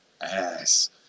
ass